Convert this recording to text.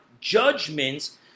judgments